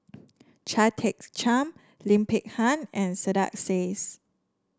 Chia Tee Chiak Lim Peng Han and Saiedah Says